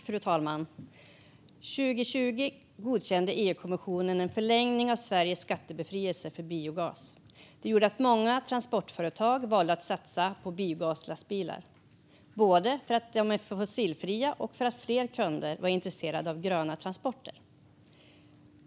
Fru talman! År 2020 godkände EU-kommissionen en förlängning av Sveriges skattebefrielse för biogas. Det gjorde att många transportföretag valde att satsa på biogaslastbilar, både för att de är fossilfria och för att fler kunder var intresserade av gröna transporter.